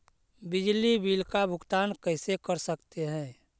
बिजली बिल का भुगतान कैसे कर सकते है?